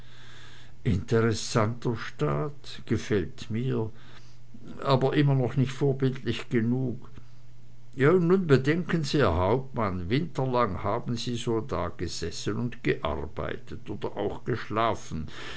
interessanter staat gefällt mir aber immer noch nicht vorbildlich genug und nun bedenken sie herr hauptmann winterlang haben sie so dagesessen und gearbeitet oder auch geschlafen